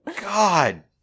God